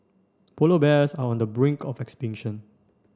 polar bears are on the brink of extinction